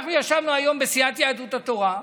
אנחנו ישבנו היום בסיעת יהדות התורה,